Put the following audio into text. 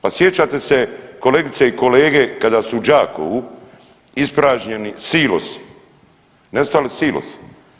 Pa sjećate se kolegice i kolege kada su u Đakovu ispražnjeni silosi, nestali silosi.